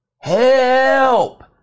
help